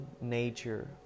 nature